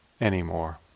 anymore